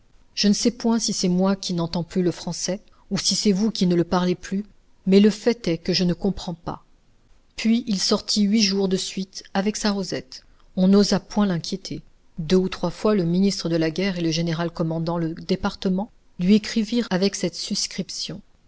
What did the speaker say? je ne sais point si c'est moi qui n'entends plus le français ou si c'est vous qui ne le parlez plus mais le fait est que je ne comprends pas puis il sortit huit jours de suite avec sa rosette on n'osa point l'inquiéter deux ou trois fois le ministre de la guerre et le général commandant le département lui écrivirent avec cette suscription